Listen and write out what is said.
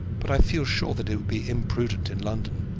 but i feel sure that it would be imprudent in london.